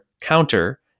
counter